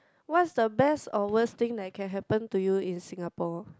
what's the best or worst thing that can happen to you in Singapore